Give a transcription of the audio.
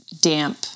damp